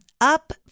Up